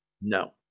no